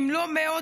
אם לא מאות,